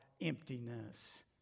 emptiness